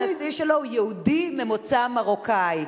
הנשיא שלו הוא יהודי ממוצא מרוקני.